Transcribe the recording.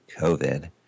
COVID